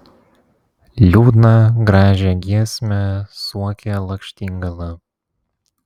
liūdną gražią giesmę suokė lakštingala